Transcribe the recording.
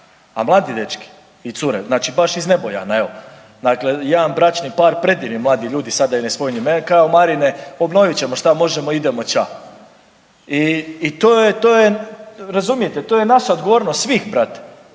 a mladi dečki i cure, znači baš iz Nebojana evo. Dakle, jedan bračni par predivni mladi ljudi sada da ih ne spominjem, kao Marine obnovit ćemo što možemo i idemo ća i to je, razumijete to je naša odgovornost svih brate.